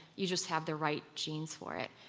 you just have the right genes for it.